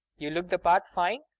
you look the part fine.